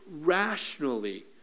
rationally